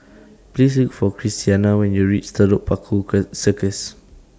Please Look For Christiana when YOU REACH Telok Paku Circus